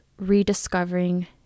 rediscovering